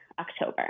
October